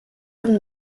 from